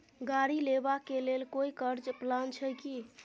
गाड़ी लेबा के लेल कोई कर्ज प्लान छै की?